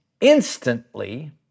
instantly